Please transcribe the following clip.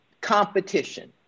competition